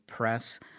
press